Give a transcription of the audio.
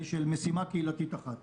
של משימה קהילתית אחת.